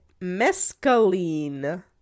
mescaline